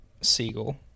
seagull